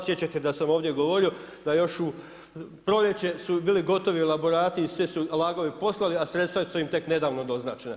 Sjećate se da sam ovdje govorio da još u proljeće su bili gotovi laborati i sve su LAG-ove poslali, a sredstva su im tek nedavno doznačeno.